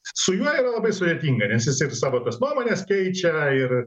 su juo yra labai sudėtinga nes jisai ir savo tas nuomones keičia ir